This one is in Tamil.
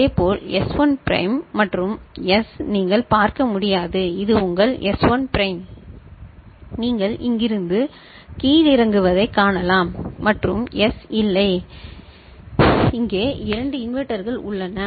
இதேபோல் எஸ் 1 பிரைம் மற்றும் எஸ் நீங்கள் பார்க்க முடியாது இது உங்கள் எஸ் 1 பிரைம் நீங்கள் இங்கிருந்து கீழிறங்குவதை காணலாம் மற்றும் எஸ் இல்லை இங்கே இரண்டு இன்வெர்ட்டர்கள் உள்ளன